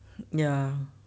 ya